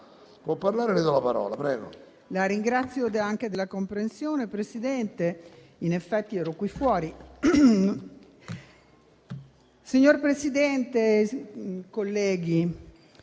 Signor Presidente, colleghi